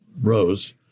Rose